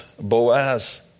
Boaz